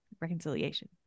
reconciliation